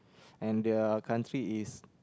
and the country is